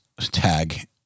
tag